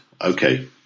Okay